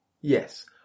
Yes